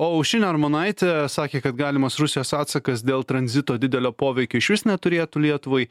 o aušrinė armonaitė sakė kad galimas rusijos atsakas dėl tranzito didelio poveikio išvis neturėtų lietuvai